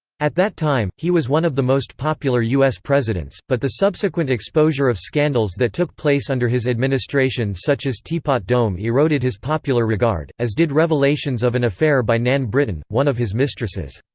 at that time, he was one of the most popular u s. presidents, but the subsequent exposure of scandals that took place under his administration such as teapot dome eroded his popular regard, as did revelations of an affair by nan britton, one of his mistresses.